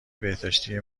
بهداشتی